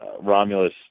Romulus